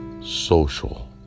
social